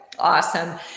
awesome